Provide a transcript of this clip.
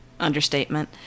understatement